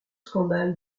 scandales